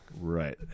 right